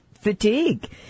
Fatigue